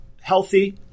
healthy